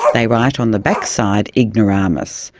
they write on the back side, ignoramus,